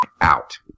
out